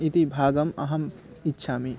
इति भागम् अहम् इच्छामि